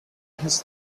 his